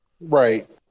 Right